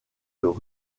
james